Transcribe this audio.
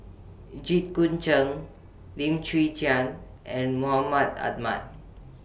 Jit Koon Ch'ng Lim Chwee Chian and Mahmud Ahmad